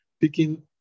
picking